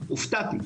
הופתעתי